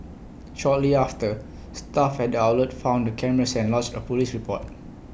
shortly after staff at the outlet found the cameras and lodged A Police report